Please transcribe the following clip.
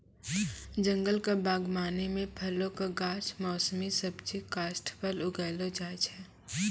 जंगल क बागबानी म फलो कॅ गाछ, मौसमी सब्जी, काष्ठफल उगैलो जाय छै